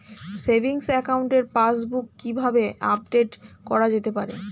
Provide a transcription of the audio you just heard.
Savings একাউন্টের passbook কি কিভাবে আপডেট করা যেতে পারে?